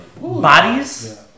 bodies